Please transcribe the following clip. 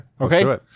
Okay